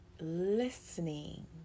listening